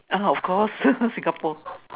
ah of course Singapore